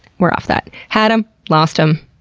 we're off that. had em, lost em.